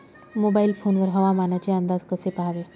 Mobile phone वर हवामानाचे अंदाज कसे पहावे?